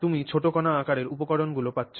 তুমি ছোট কণা আকারের উপকরণগুলি পাচ্ছ